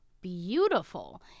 beautiful